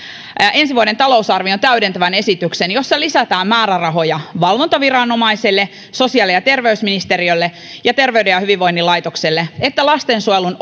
ensi vuoden talousarvioon täydentävän esityksen jossa lisätään määrärahoja valvontaviranomaiselle sosiaali ja terveysministeriölle ja terveyden ja hyvinvoinnin laitokselle jotta lastensuojelun